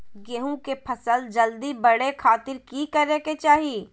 गेहूं के फसल जल्दी बड़े खातिर की करे के चाही?